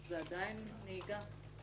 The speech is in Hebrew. זה עדיין נהיגה,